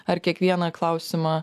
ar kiekvieną klausimą